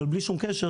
אבל בלי שום קשר,